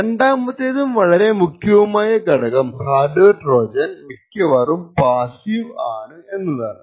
രണ്ടാമത്തേതും വളരെ മുഖ്യവുമായ ഘടകം ഹാർഡ് വെയർ ട്രോജൻ മിക്കവാറും പാസ്സീവ് ആണ് എന്നതാണ്